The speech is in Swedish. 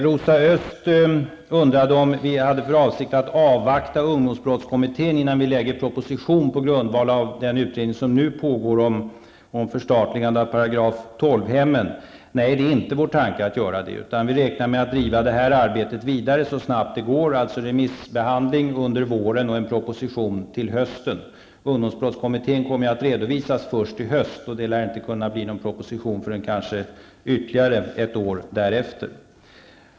Rosa Östh undrade om vi hade för avsikt att avvakta ungdomsbrottskommitténs betänkande innan vi lägger fram en proposition på grundval av den utredning som nu pågår om förstatligande av § 12-hemmen. Nej, det är inte vår tanke att göra det. Vi räknar med att driva det här arbetet vidare så snabbt det går, alltså remissbehandling under våren och en proposition till hösten. Ungdomsbrottskommitténs arbete kommer ju att redovisas först i höst, och det lär inte kunna bli någon proposition förrän kanske ytterligare ett år därefter.